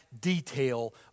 detail